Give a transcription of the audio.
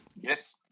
Yes